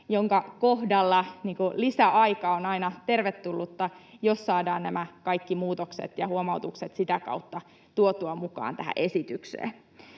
jonka kohdalla lisäaika on aina tervetullutta, jos saadaan nämä kaikki muutokset ja huomautukset sitä kautta tuotua mukaan tähän esitykseen.